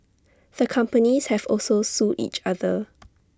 the companies have also sued each other